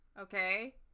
okay